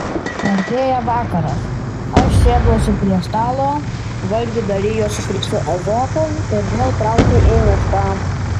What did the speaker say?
artėja vakaras aš sėduosi prie stalo valgiu dalijuosi su ezopu ir vėl traukiu į mišką